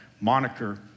moniker